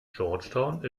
georgetown